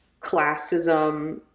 classism